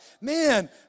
man